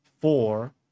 four